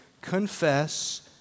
confess